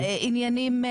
עניינים,